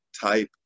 type